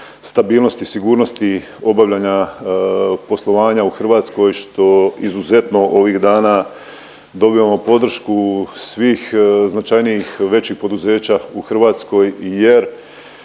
stabilnosti, sigurnosti i obavljanja poslovanja u Hrvatskoj što izuzetno ovih dana dobivamo podršku svih značajnijih većih poduzeća u Hrvatskoj jer